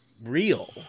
real